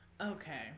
Okay